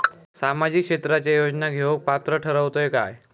सामाजिक क्षेत्राच्या योजना घेवुक पात्र ठरतव काय?